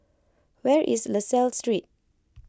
where is La Salle Street